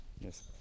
Yes